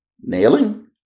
Nailing